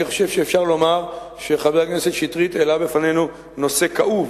אני חושב שאפשר לומר שחבר הכנסת שטרית העלה בפנינו נושא כאוב